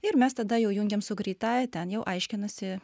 ir mes tada jau jungiam su greitąja ten jau aiškinasi